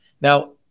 Now